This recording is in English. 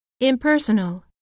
impersonal